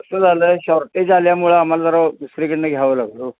कसं झालं आहे शॉर्टेज आल्यामुळं आम्हाला जरा दुसरीकडून घ्यावं लागलं हो